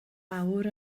awr